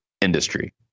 industry